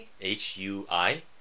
H-U-I